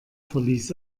verließ